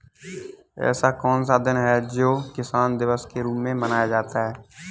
ऐसा कौन सा दिन है जो किसान दिवस के रूप में मनाया जाता है?